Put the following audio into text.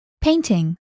Painting